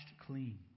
clean